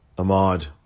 Ahmad